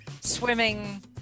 swimming